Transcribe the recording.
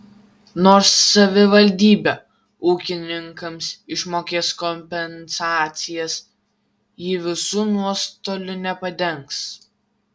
nors savivaldybė ūkininkams išmokės kompensacijas ji visų nuostolių nepadengs